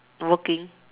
working